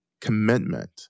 commitment